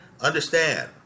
Understand